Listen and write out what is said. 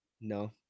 No